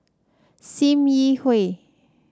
Sim Yi Hui